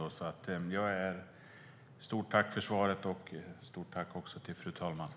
Ett stort tack för svaret, och också ett stort tack till fru talmannen.